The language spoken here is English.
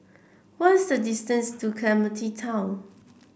what is the distance to Clementi Town